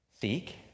Seek